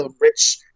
rich